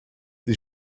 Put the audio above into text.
sie